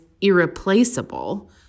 irreplaceable